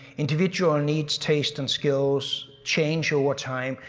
individual needs, tastes and skills change over time,